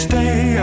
Stay